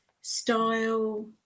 Style